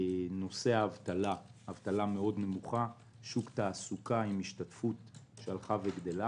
האבטלה מאוד נמוכה, ושוק תעסוקה שהולכת וגדלה,